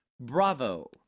Bravo